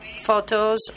photos